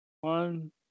One